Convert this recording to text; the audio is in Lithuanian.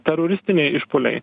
teroristiniai išpuoliai